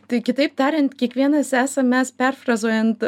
tai kitaip tariant kiekvienas esam mes perfrazuojant